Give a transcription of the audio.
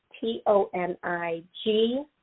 t-o-n-i-g